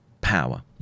power